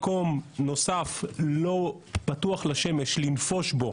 מקום נוסף לא פתוח לשמש לנפוש בו